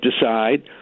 decide